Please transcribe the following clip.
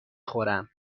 خورم